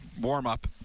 warm-up